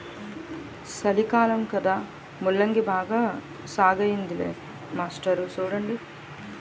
సలికాలం కదా ముల్లంగి బాగా సాగయ్యిందిలే మాస్టారు సూడండి